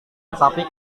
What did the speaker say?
tetapi